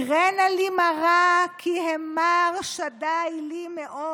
קראן לי מרא כי המר שדי לי מאוד.